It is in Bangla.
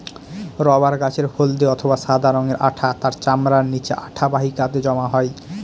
রবার গাছের হল্দে অথবা সাদা রঙের আঠা তার চামড়ার নিচে আঠা বাহিকাতে জমা হয়